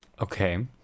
Okay